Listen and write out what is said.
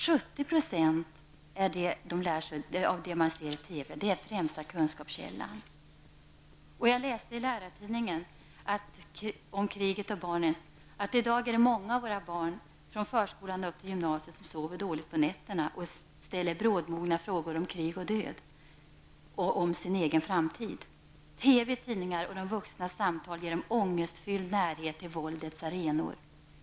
70 % av det de lär sig bygger på vad de ser på TV; det är den främsta kunskapskällan. Jag läste i ''I dag är det många av våra barn, från förskolan och upp till gymnasiet, som sover dåligt på nätterna och ställer brådmogna frågor om krig och död och sin egen framtid. TV, tidningar och de vuxnas samtal ger dem ångestfylld närhet till våldets arenor.